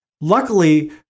Luckily